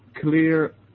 clear